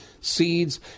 seeds